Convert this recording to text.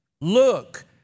look